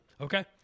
Okay